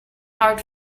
hard